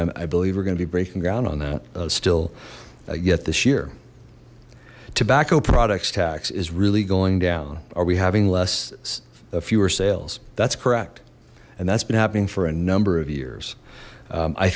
i believe we're gonna be breaking ground on that still yet this year tobacco products tax is really going down are we having less fewer sales that's correct and that's been happening for a number of years